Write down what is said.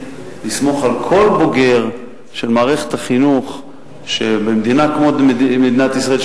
לסמוך על כל בוגר של מערכת החינוך במדינה כמו מדינת ישראל,